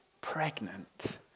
pregnant